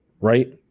right